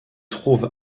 trouve